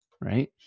right